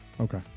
Okay